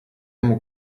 mógł